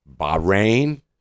Bahrain